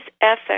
ethic